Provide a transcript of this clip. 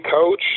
coach